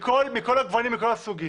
מכל הגוונים ומכל הסוגים.